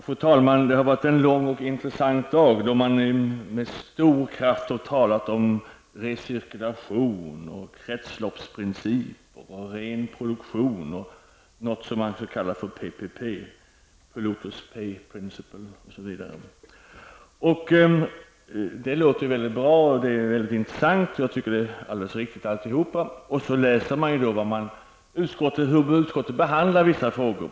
Fru talman! Det har varit en lång och intressant dag, då man med stor kraft har talat om recirkulation, kretsloppsprinciper, ren produktion och något som man kallar PPP, Pollutes Pay Principal. Det låter mycket bra och det är mycket intressant. Jag tycker att alltihop är alldeles riktigt. Sedan läser man hur utskottet behandlar vissa frågor.